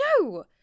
No